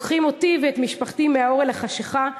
לוקחים אותי ואת משפחתי מהאור אל החשכה,